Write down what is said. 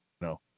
No